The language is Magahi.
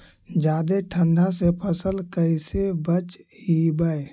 जादे ठंडा से फसल कैसे बचइबै?